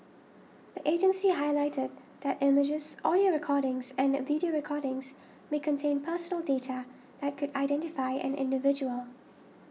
the agency highlighted that images audio recordings and video recordings may contain personal data that could identify an individual